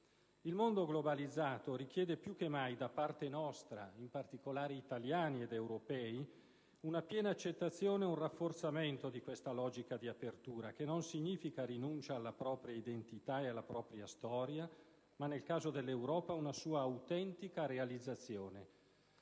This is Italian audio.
Il mondo globalizzato richiede più che mai da parte nostra, in particolare italiani ed europei, una piena accettazione e un rafforzamento di questa logica di apertura, che non significa rinuncia alla propria identità e alla propria storia, ma - nel caso dell'Europa - la sua autentica realizzazione.